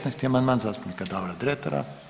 16. amandman zastupnika Davora Dretara.